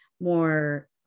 more